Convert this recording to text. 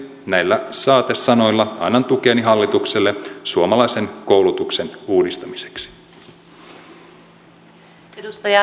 näillä saatesanoilla annan tukeni hallitukselle suomalaisen koulutuksen uudistamiseksi